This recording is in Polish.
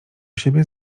siebie